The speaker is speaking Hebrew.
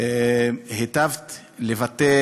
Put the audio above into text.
היטבת לבטא